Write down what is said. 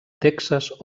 texas